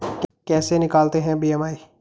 कैसे निकालते हैं बी.एम.आई?